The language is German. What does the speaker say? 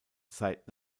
zeit